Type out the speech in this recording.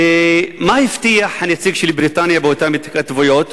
ומה הבטיח הנציג של בריטניה באותן התכתבויות?